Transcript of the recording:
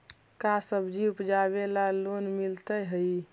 का सब्जी उपजाबेला लोन मिलै हई?